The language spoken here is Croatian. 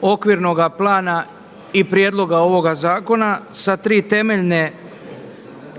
okvirnoga plana i prijedloga ovoga zakona sa tri temeljne